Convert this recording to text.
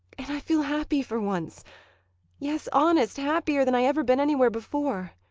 and i feel happy for once yes, honest happier than i ever been anywhere before!